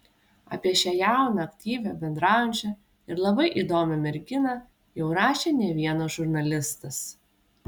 apie šią jauną aktyvią bendraujančią ir labai įdomią merginą jau rašė ne vienas žurnalistas